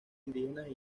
indígenas